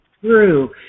true